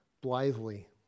blithely